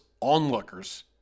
onlookers